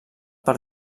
per